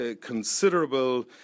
considerable